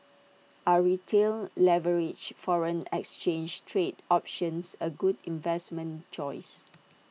are retail leveraged foreign exchange trading options A good investment choice